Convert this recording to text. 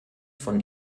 von